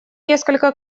несколько